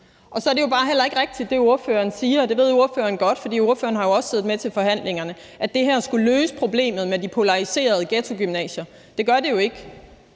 Så er det jo bare heller ikke rigtigt, når spørgeren siger – og det ved spørgeren godt, for spørgeren har også siddet med til forhandlingerne – at det her skulle løse problemet med de polariserede ghettogymnasier. Det gør det jo ikke.